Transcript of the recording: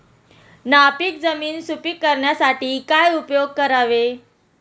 नापीक जमीन सुपीक करण्यासाठी काय उपयोग करावे?